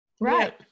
Right